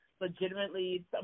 legitimately